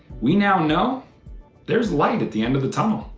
we now know there's light at the end of the tunnel.